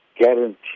guarantee